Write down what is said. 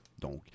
Donc